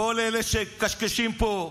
כל אלה שמקשקשים פה,